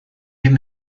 give